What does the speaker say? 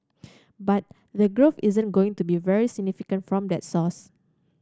but the growth isn't going to be very significant from that source